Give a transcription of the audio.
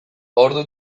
ordu